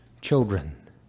children